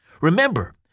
remember